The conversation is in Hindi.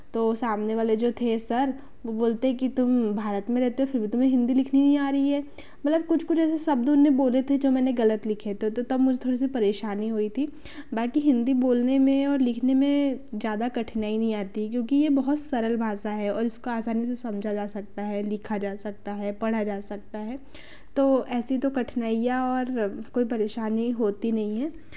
तो सामने वाले जो थे सर वो बोलते कि तुम भारत में रहते हो फिर भी तुम्हें हिंदी लिखनी नहीं आ रही है मतलब कुछ कुछ ऐसे शब्द उन्होंने बोले थे जो मैंने ग़लत लिखे थे तो तब मुझे थोड़ी सी परेशानी हुई थी बाकी हिंदी बोलने में और लिखने में ज़्यादा कठिनाई नहीं आती क्योंकि ये बहुत सरल भाषा है और इसको आसानी से समझा जा सकता है लिखा जा सकता है पढ़ा जा सकता है तो ऐसी तो कठिनाइयाँ और कोई परेशानी होती नहीं है